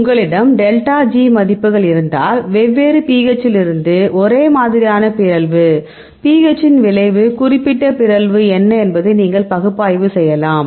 உங்களிடம் delta G மதிப்புகள் இருந்தால் வெவ்வேறு pH இலிருந்து ஒரே மாதிரியான பிறழ்வு pH இன் விளைவு குறிப்பிட்ட பிறழ்வு என்ன என்பதை நீங்கள் பகுப்பாய்வு செய்யலாம்